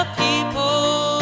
people